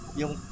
yung